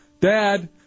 Dad